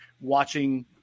watching